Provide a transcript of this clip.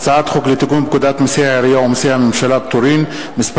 הצעת חוק לתיקון פקודת מסי העירייה ומסי הממשלה (פטורין) (מס'